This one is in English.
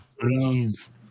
please